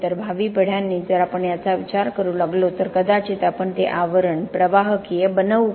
तर भावी पिढ्यांनी जर आपण याचा विचार करू लागलो तर कदाचित आपण ते आवरण प्रवाहकीय बनवू का